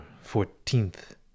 fourteenth